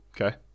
Okay